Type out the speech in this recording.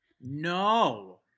no